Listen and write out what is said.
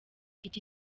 iki